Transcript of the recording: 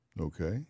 Okay